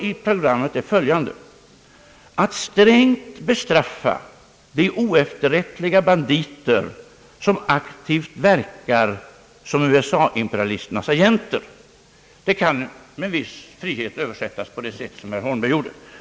I programmet står följande: »Att strängt bestraffa de oefterrättliga ban diter som aktivt verkar som USA-imperialisternas agenter.» Det kan med en viss frihet översättas på det sätt som herr Holmberg gjorde.